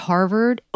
Harvard